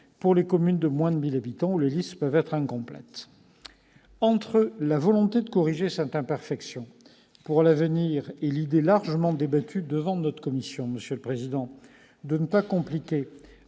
pour les communes de moins de 1 000 habitants, où les listes peuvent être incomplètes. Entre la volonté de corriger cette imperfection pour l'avenir et le souhait largement débattu devant notre commission de ne pas compliquer